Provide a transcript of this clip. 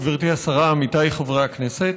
גברתי השרה, עמיתיי חברי הכנסת,